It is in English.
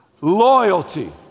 loyalty